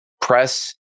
Press